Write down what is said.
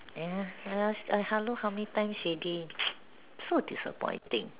ya I I hello how many times already so disappointing